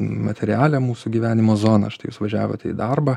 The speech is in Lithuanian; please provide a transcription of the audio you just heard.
materialią mūsų gyvenimo zoną štai jūs važiavote į darbą